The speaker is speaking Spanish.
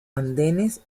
andenes